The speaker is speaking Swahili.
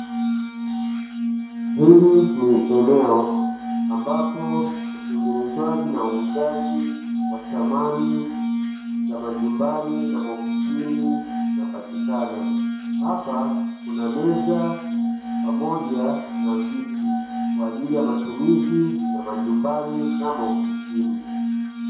Hili ni eneo ambapo utengenezwaji na uuzaji wa samani za majumbani na maofisini zinapatikana hapa kuna meza pamoja na viti kwa ajili ya matumizi ya majumbani hadi maofisini.